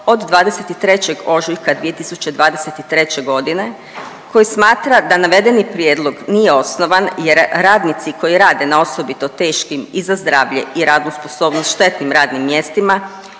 od 23. ožujka 2023. godine koji smatra da navedeni prijedlog nije osnovan jer radnici koji ade na osobito teškim i za zdravlje i radnu sposobnost štetnim radnim mjestima